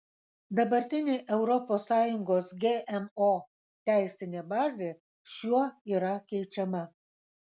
dabartinė europos sąjungos gmo teisinė bazė šiuo yra keičiama